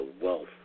wealth